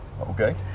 Okay